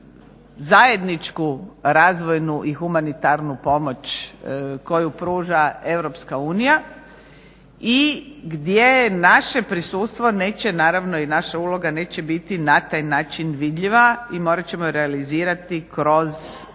zajedničku razvojnu i humanitarnu pomoć koju pruža EU i gdje naše prisustvo neće naravno i naša uloga neće biti na taj način vidljiva i morat ćemo realizirati kroz